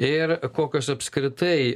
ir kokios apskritai